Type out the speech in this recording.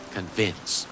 Convince